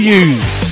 use